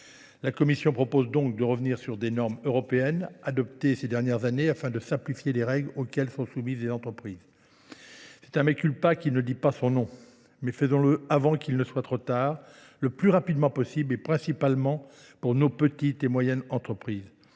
La Commission propose donc de revenir sur des normes européennes adoptées ces dernières années afin de simplifier les règles auxquelles sont soumises les entreprises. C'est un meculpa qui ne dit pas son nom, mais faisons-le avant qu'il ne soit trop tard, le plus rapidement possible et principalement pour nos petites et moyennes entreprises.